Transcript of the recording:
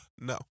No